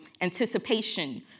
anticipation